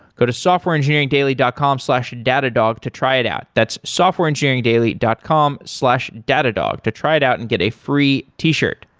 go to softwareengineeringdaily dot com slash datadog to try it out. that's softwareengineeringdaily dot com slash datadog to try it out and get a free t-shift.